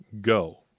go